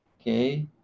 Okay